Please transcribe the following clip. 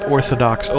Orthodox